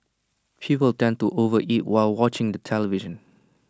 people tend to overeat while watching the television